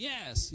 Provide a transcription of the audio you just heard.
Yes